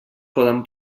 poden